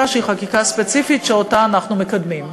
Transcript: שהיא חקיקה ספציפית שאותה אנחנו מקדמים.